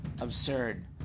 Absurd